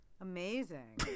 Amazing